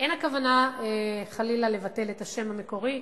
אין הכוונה חלילה לבטל את השם המקורי,